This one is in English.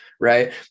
right